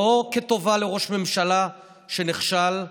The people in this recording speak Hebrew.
לא כטובה לראש ממשלה שנכשל,